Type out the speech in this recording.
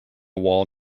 wall